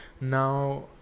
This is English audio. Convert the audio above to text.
now